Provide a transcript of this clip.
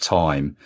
time